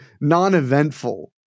non-eventful